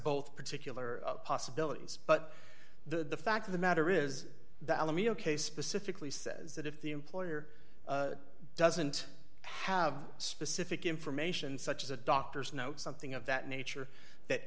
both particular possibilities but the fact of the matter is that let me ok specifically says that if the employer doesn't have specific information such as a doctor's note something of that nature that